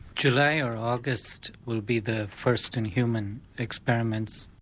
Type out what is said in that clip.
july or august will be the first in human experiments.